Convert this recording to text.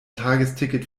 tagesticket